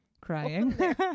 crying